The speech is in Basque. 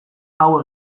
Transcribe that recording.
hau